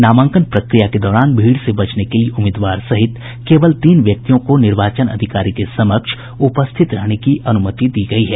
नामांकन प्रक्रिया के दौरान भीड़ से बचने के लिए उम्मीदवार सहित केवल तीन व्यक्तियों को निर्वाचन अधिकारी के समक्ष उपस्थित रहने की अनुमति दी गई है